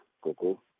Coco